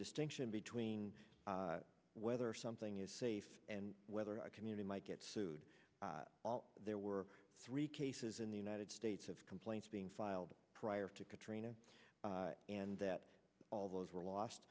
distinction between whether something is safe and whether a community might get sued there were three cases in the united states of complaints being filed prior to katrina and that all those were lost